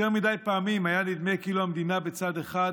יותר מדי פעמים היה נדמה כאילו המדינה בצד אחד,